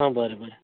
आं बरें बरें